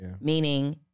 meaning